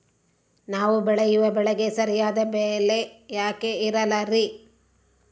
ನಾವು ಬೆಳೆಯುವ ಬೆಳೆಗೆ ಸರಿಯಾದ ಬೆಲೆ ಯಾಕೆ ಇರಲ್ಲಾರಿ?